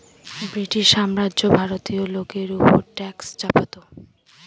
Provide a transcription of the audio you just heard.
British সাম্রাজ্য ভারতীয় লোকের ওপর ট্যাক্স চাপাতো